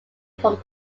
from